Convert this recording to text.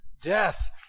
death